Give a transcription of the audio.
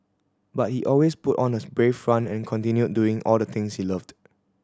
but he always put on a brave front and continued doing all the things he loved